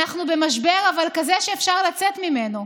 אנחנו במשבר, אבל כזה שאפשר לצאת ממנו.